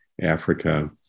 Africa